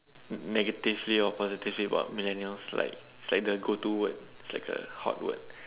ne~ negatively or positively about millennials like it's like the go to word it's like a hot word